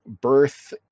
birth